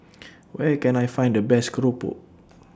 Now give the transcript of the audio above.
Where Can I Find The Best Keropok